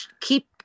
keep